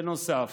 בנוסף